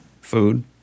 food